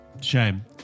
Shame